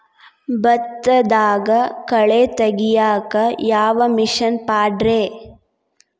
ಭತ್ತದಾಗ ಕಳೆ ತೆಗಿಯಾಕ ಯಾವ ಮಿಷನ್ ಪಾಡ್ರೇ?